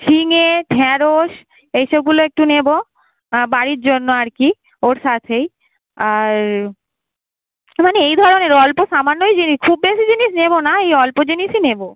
ঝিঙে ঢ্যাঁড়শ এই সবগুলো একটু নেব বাড়ির জন্য আর কি ওর সাথেই আর মানে এই ধরনের অল্প সামান্যই জিনিস খুব বেশি জিনিস নেব না এই অল্প জিনিসই নেব